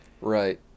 Right